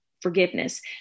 forgiveness